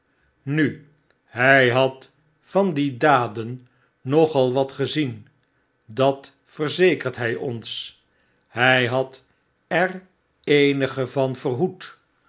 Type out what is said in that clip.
nul hij had van die daden nogal wat gezien dat verzekert hij ons hy had er eenige van verhoed